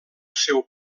seu